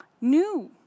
new